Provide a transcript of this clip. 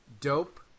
Dope